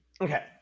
Okay